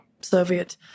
Soviet